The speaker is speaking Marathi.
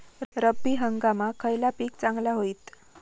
रब्बी हंगामाक खयला पीक चांगला होईत?